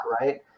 right